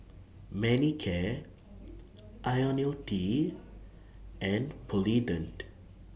Manicare Ionil T and Polident